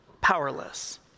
powerless